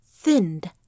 thinned